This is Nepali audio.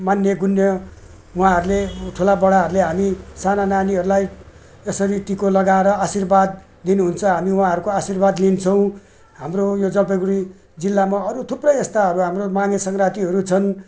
मान्यगुण्य उहाँहरूले ठुलाबडाहरूले हामी साना नानीहरूलाई यसरी टिको लगाएर आशीर्वाद दिनुहुन्छ हामी उहाँहरूको आशीर्वाद लिन्छौँ हाम्रो यो जलपाइगडी जिल्लामा अरू थुप्रै यस्ताहरू हाम्रो माघे सङ्क्रान्तिहरू छन्